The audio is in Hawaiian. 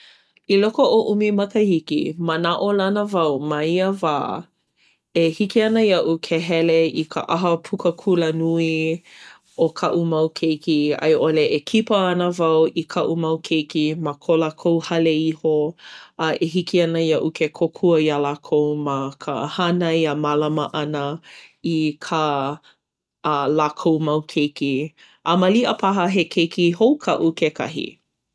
I loko o ʻumi makahiki, manaʻolana wau ma ia wā e hiki ana iaʻu ke hele i ka ʻaha puka kulanui o kaʻu mau keiki. A i ʻole e kipa ana wau i kaʻu mau keiki ma ko lākou hale iho. A e hiki ana iaʻu ke kōkua iā lākou ma ka hānai a mālama ʻana i kā a lākou mau keiki. A maliʻa paha he keiki hou kaʻu kekahi.